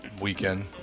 weekend